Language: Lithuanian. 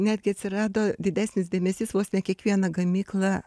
netgi atsirado didesnis dėmesys vos ne kiekviena gamykla